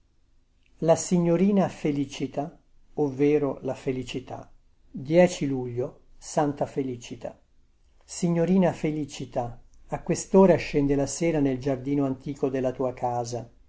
la signorina felicita ovvero la felicità luglio santa felicita i signorina felicita a questora scende la sera nel giardino antico della tua casa